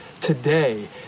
today